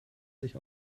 sich